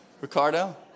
Ricardo